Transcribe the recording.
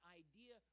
idea